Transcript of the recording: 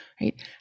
right